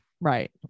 Right